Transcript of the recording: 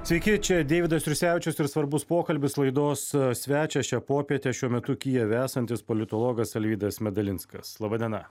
sveiki čia deividas jursevičius ir svarbus pokalbis laidos svečio šią popietę šiuo metu kijeve esantis politologas alvydas medalinskas laba diena